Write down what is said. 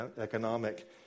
economic